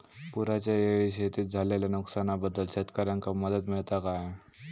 पुराच्यायेळी शेतीत झालेल्या नुकसनाबद्दल शेतकऱ्यांका मदत मिळता काय?